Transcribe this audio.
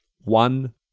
one